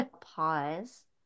pause